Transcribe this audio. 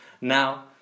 Now